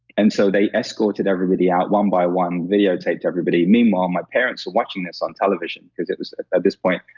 and so, they escorted everybody out one by one, videotaped everybody meanwhile, my parents were watching this on television because it was, at this point,